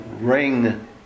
RING